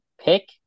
pick